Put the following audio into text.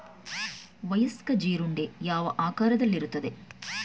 ವಯಸ್ಕ ಜೀರುಂಡೆ ಯಾವ ಆಕಾರದಲ್ಲಿರುತ್ತದೆ?